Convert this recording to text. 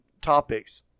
topics